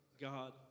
God